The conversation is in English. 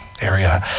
area